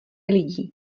lidí